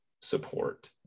support